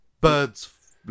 Birds